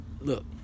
Look